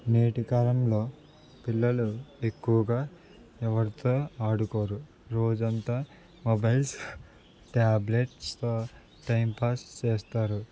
నేటి కాలంలో పిల్లలు ఎక్కువగా ఎవరితో ఆడుకోరు రోజు అంతా మొబైల్స్ ట్యాబ్లెట్స్తో టైంపాస్ చేస్తారు